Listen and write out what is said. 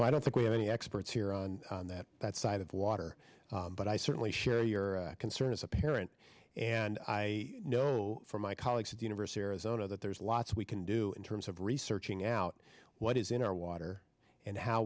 i don't think we have any experts here on that side of water but i certainly share your concern as a parent and i know from my colleagues at university arizona that there's lots we can do in terms of researching out what is in our water and how